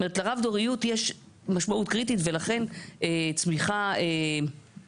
זאת אומרת לרב דוריות יש משמעות קריטית ולכן צמיחה אחראית